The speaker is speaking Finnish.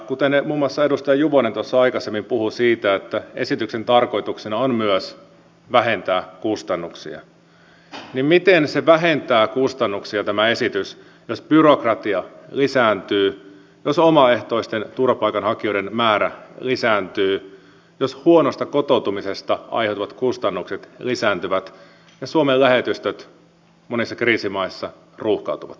kun muun muassa edustaja juvonen tuossa aikaisemmin puhui siitä että esityksen tarkoituksena on myös vähentää kustannuksia niin miten tämä esitys vähentää kustannuksia jos byrokratia lisääntyy jos omaehtoisten turvapaikanhakijoiden määrä lisääntyy jos huonosta kotoutumisesta aiheutuvat kustannukset lisääntyvät ja suomen lähetystöt monissa kriisimaissa ruuhkautuvat